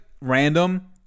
random